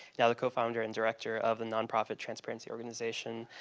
now the co-founder and director of the nonprofit transparency organization,